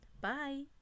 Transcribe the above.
Bye